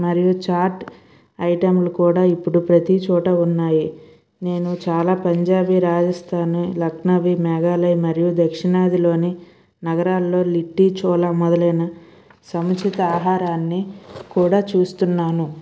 మరియు చాట్ ఐటెంలు కూడా ఇప్పుడు ప్రతి చోట ఉన్నాయి నేను చాలా పంజాబీ రాజస్థానీ లక్నోవి మేఘాలయ మరియు దక్షిణాదిలోని నగరాల్లో లిట్టి చోళ మొదలైన సంక్షిత ఆహారాన్ని కూడా చూస్తున్నాను